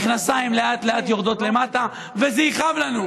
המכנסיים לאט-לאט יורדים למטה, וזה יכאב לנו.